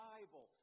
Bible